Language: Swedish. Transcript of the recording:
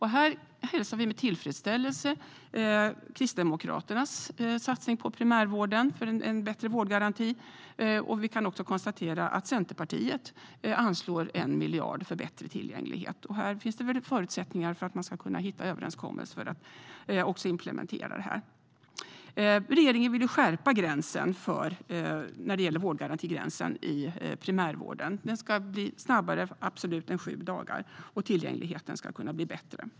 Här hälsar vi med tillfredsställelse Kristdemokraternas satsning på primärvården för en bättre vårdgaranti. Vi kan också konstatera att Centerpartiet anslår 1 miljard för bättre tillgänglighet. Här finns det väl förutsättningar att hitta överenskommelser om att implementera detta. Regeringen vill skärpa vårdgarantigränsen i primärvården. Den ska bli snabbare, absolut, än sju dagar, och tillgängligheten ska kunna bli bättre.